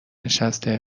نشسته